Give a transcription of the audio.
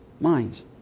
minds